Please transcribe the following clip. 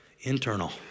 Internal